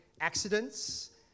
Accidents